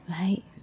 right